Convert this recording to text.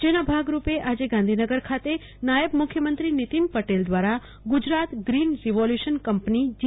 જેના ભાગરૂપે આજે ગાંધીનગર ખાતે નાથબ મુખ્યમંત્રી નીતિન પટેલ દ્વારા ગુજરાત હંગ્રીન રિવોલ્યુશન કંપની જી